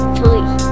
Three